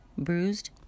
bruised